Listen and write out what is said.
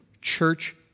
Church